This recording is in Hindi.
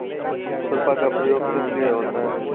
खुरपा का प्रयोग किस लिए होता है?